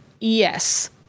Yes